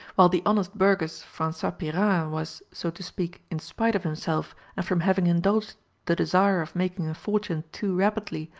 while the honest burgess francois pyrard, was, so to speak, in spite of himself, and from having indulged the desire of making a fortune too rapidly,